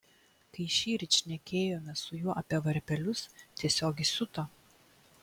kai šįryt šnekėjomės su juo apie varpelius tiesiog įsiuto